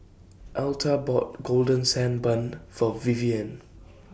Elta bought Golden Sand Bun For Vivienne